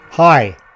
Hi